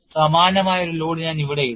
സമാനമായ ഒരു ലോഡ് ഞാൻ ഇവിടെ ഇടും